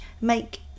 make